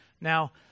Now